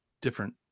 different